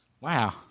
Wow